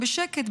בשקט,